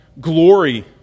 glory